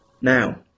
now